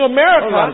America